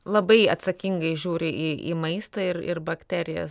labai atsakingai žiūri į į maistą ir ir bakterijas